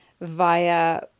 via